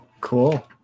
Cool